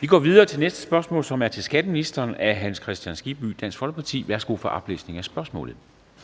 Vi går videre til næste spørgsmål, som er til skatteministeren, af hr. Hans Kristian Skibby, Dansk Folkeparti. Kl. 13:47 Spm.